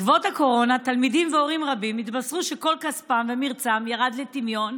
בעקבות הקורונה תלמידים והורים רבים התבשרו שכל כספם ומרצם ירד לטמיון,